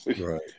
Right